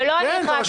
ולא אני הכרזתי,